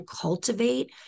cultivate